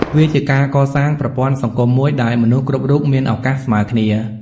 វាជាការកសាងប្រព័ន្ធសង្គមមួយដែលមនុស្សគ្រប់រូបមានឱកាសស្មើគ្នា។